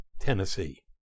Tennessee